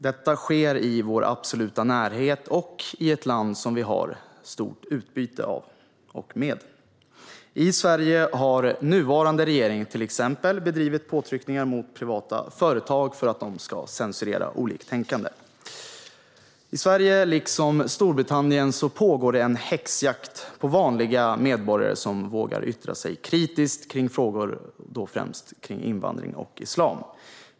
Detta sker i vår absoluta närhet och i ett land som vi har stort utbyte av och med. I Sverige har nuvarande regering till exempel bedrivit påtryckningar mot privata företag för att de ska censurera oliktänkande. I Sverige liksom i Storbritannien pågår en häxjakt på vanliga medborgare som vågar yttra sig kritiskt i frågor om främst invandring och islam.